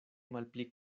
malpli